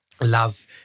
love